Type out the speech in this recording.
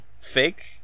fake